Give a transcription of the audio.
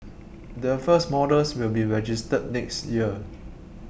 the first models will be registered next year